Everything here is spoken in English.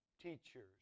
teachers